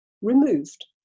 removed